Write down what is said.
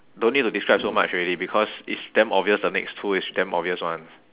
don't need to describe so much already because it's damn obvious the next two is damn obvious [one]